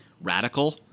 radical—